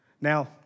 Now